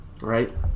right